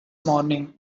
morning